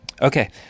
Okay